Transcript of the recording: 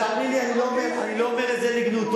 אבל תאמין לי, אני לא אומר את זה לגנותו.